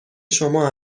شما